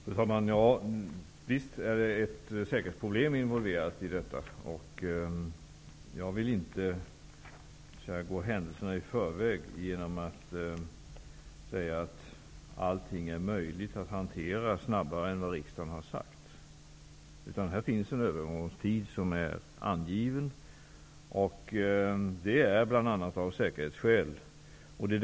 Fru talman! Visst är ett säkerhetsproblem involverat i detta. Jag vill inte gå händelserna i förväg genom att säga att allt är möjligt att hantera snabbare än vad riksdagen har sagt. En övergångstid är angiven, bl.a. av säkerhetsskäl.